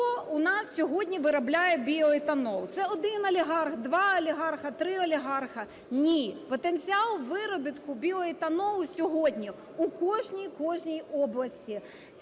Хто у нас сьогодні виробляє біоетанол? Це 1 олігарх, 2 олігарха, 3 олігарха? Ні. Потенціал виробітку біоетанолу сьогодні у кожній, кожній області.